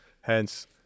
Hence